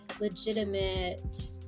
legitimate